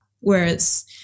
Whereas